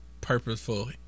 purposeful